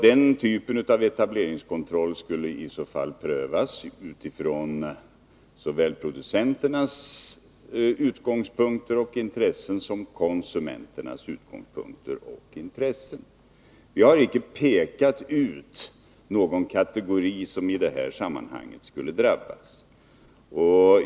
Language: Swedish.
Den typen av etableringskontroll skulle i så fall prövas såväl utifrån producenternas som utifrån konsumenternas utgångspunkter och intressen. Vi har icke pekat ut någon kategori som i det här sammanhanget skulle drabbas.